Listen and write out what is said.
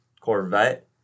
Corvette